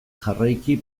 jarraiki